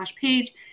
page